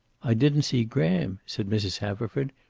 i didn't see graham, said mrs. haverford.